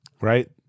Right